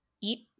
eat